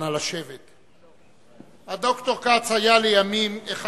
(חברי הכנסת מכבדים בקימה את זכרו של המנוח.) ד"ר כ"ץ היה לימים אחד